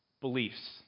beliefs